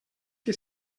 que